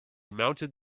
mounted